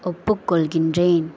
ஒப்புக்கொள்கிறேன்